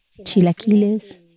Chilaquiles